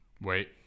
Wait